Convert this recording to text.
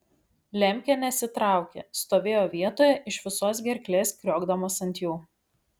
lemkė nesitraukė stovėjo vietoje iš visos gerklės kriokdamas ant jų